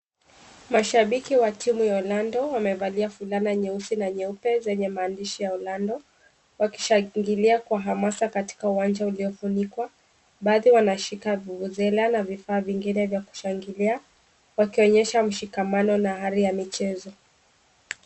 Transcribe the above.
Mashabiki wa timu ya Orlando wamevalia fulana nyeusi na nyeupe zenye maandishi ya Orlando, wakishangilia kwa hamasa katika uwanja uliofunikwa, baadhi wanashika vuvuzela na vifaa vingine vya kushangilia wakionyesha mshikamano na hali ya michezo.